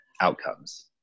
outcomes